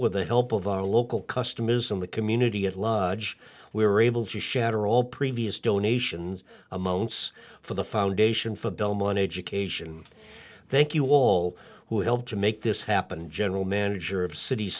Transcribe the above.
with the help of our local custom is in the community at lodge we were able to shatter all previous donations amounts for the foundation for belmont education thank you all who helped to make this happen general manager of city